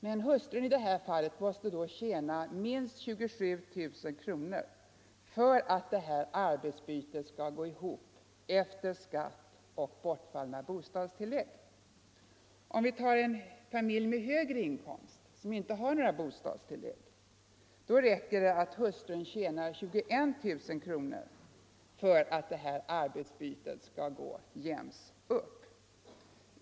Men hustrun i det här fallet måste då tjäna minst 27000 kronor för att arbetsbytet skall gå ihop efter skatt och bortfallna bostadstillägg. I en annan familj med högre inkomst som inte får bostadstillägg räcker det att hustrun tjänar 21000 kronor för att arbetsbytet skall gå jämnt upp.